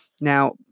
Now